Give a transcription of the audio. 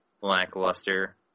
lackluster